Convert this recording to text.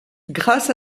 grâce